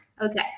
Okay